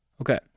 Okay